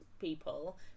people